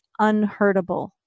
unhurtable